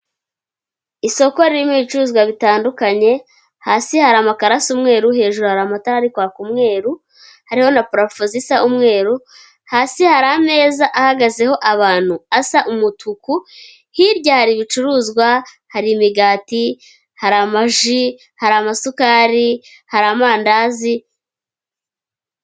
Isoko ririmo ibicuruzwa bitandukanye, hasi hari amakaro asa umweru, hejuru hari amatara ari kwaka umweru, hariho na parafo zisa umweru, hasi hari ameza ahagazeho abantu asa umutuku, hirya hari ibicuruzwa, hari imigati, hari ama ji, hari amasukari, hari amandazi.